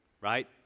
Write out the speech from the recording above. Right